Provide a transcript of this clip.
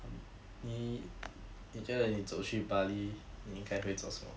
mm 你你觉得你走去 bali 你应该会做什么